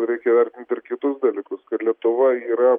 reikia įvertinti ir kitus dalykus kad lietuva yra